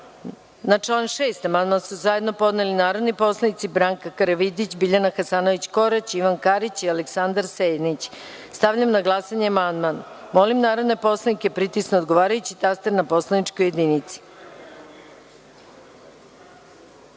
član 2. amandman su zajedno podneli narodni poslanici Branka Karavidić, Biljana Hasanović – Korać, Ivan Karić i Aleksandar Senić. Stavljam na glasanje amandman. Molim narodne poslanike da pritisnu odgovarajući taster na poslaničkoj